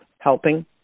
helping